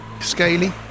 Scaly